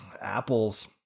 apples